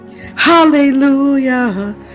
Hallelujah